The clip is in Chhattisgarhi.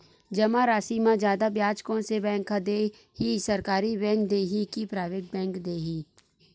जमा राशि म जादा ब्याज कोन से बैंक ह दे ही, सरकारी बैंक दे हि कि प्राइवेट बैंक देहि?